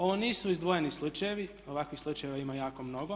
Ovo nisu izdvojeni slučajevi, ovakvih slučajeva ima jako mnogo.